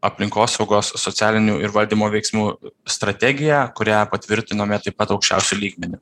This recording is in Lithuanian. aplinkosaugos socialinių ir valdymo veiksmų strategiją kurią patvirtinome taip pat aukščiausiu lygmeniu